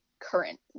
current